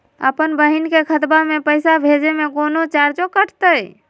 अपन बहिन के खतवा में पैसा भेजे में कौनो चार्जो कटतई?